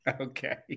Okay